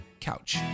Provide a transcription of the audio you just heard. Couch